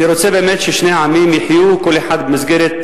אני רוצה באמת ששני העמים יחיו כל אחד בתחום